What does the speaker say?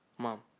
mom,